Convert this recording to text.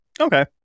Okay